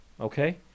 okay